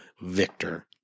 Victor